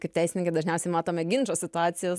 kaip teisininkai dažniausiai matome ginčo situacijas